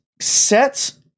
sets